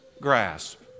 grasp